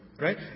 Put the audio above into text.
Right